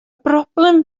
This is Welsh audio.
broblem